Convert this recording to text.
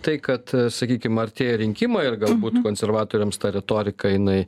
tai kad sakykim artėja rinkimai ir galbūt konservatoriams ta retorika jinai